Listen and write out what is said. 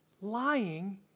Lying